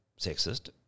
sexist